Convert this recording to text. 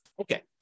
okay